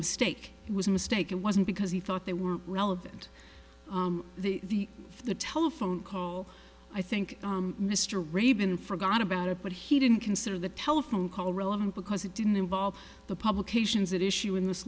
mistake it was a mistake it wasn't because he thought they were relevant the the telephone call i think mr raven forgot about it but he didn't consider the telephone call relevant because it didn't involve the publications that issue in this